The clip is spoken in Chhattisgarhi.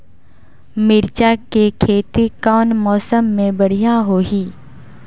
मिरचा के खेती कौन मौसम मे बढ़िया होही?